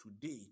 today